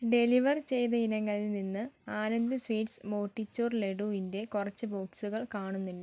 deliver ചെയ്ത ഇനങ്ങളിൽ നിന്ന് ആനന്ദ് സ്വീറ്റ്സ് മോട്ടിച്ചൂർ ലഡുവിന്റെ കുറച്ച് ബോക്സുകൾ കാണുന്നില്ല